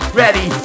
ready